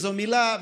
איזו מילה,